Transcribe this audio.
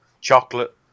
chocolate